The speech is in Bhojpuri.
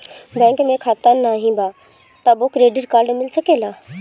बैंक में खाता नाही बा तबो क्रेडिट कार्ड मिल सकेला?